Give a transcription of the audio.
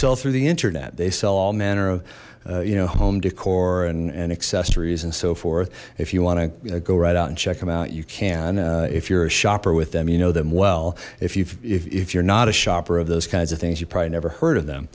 sell through the internet they sell all manner of you know home decor and accessories and so forth if you want to go right out and check them out you can if you're a shopper with them you know them well if you if you're not a shopper of those kinds of things you probably never heard of them